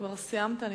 כבר סיימת.